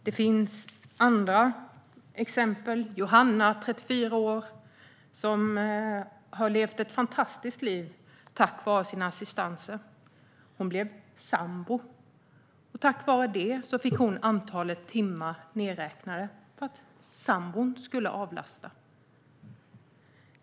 Det finns andra exempel. Ett är Johanna, 34 år, som har levt ett fantastiskt liv tack vare sina assistenter. Hon blev sambo, och på grund av det fick hon antalet timmar nedräknat för att sambon skulle avlasta.